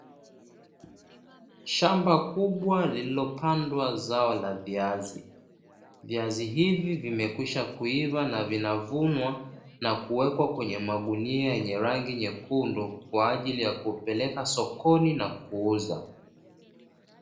Shamba kubwa lililopandwa zao la viazi, viazi hivi vimeshakwiva na kuvunwa na kuwekwa kwenye magunia ya rangi nyekundu, kwa ajili ya kupeleka sokoni na kuuza.